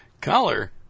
color